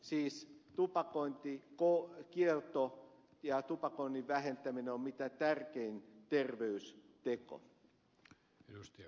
siis tupakointikielto ja tupakoinnin vähentäminen ovat mitä tärkeimpiä terveystekoja